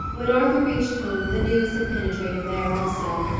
when arthur reached home, the news had penetrated there also.